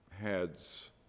heads